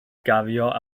gario